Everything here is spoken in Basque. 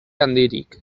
handirik